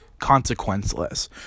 consequenceless